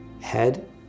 head